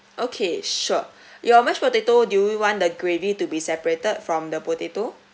okay sure your mashed potato do you want the gravy to be separated from the potato